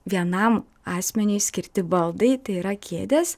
vienam asmeniui skirti baldai tai yra kėdės